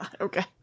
okay